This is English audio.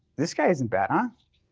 this guy isn't bad, huh?